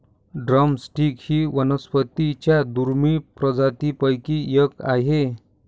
drum stick ही वनस्पतीं च्या दुर्मिळ प्रजातींपैकी एक आहे